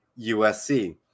USC